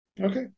Okay